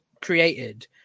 created